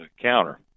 counter